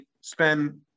spend